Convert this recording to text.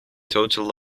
total